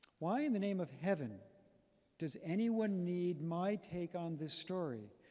why in the name of heaven does anyone need my take on this story?